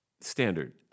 standard